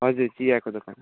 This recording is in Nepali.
हजुर चियाको दोकान